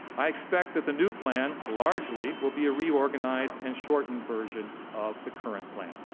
i expect that the new plan largely will be a reorganized and shortened version of the current plan.